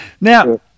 Now